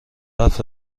حرف